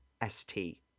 S-T